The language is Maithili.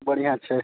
बढ़िआँ छै